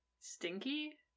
Stinky